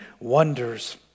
wonders